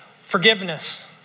Forgiveness